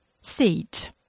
Seat